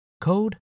code